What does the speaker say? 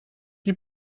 nie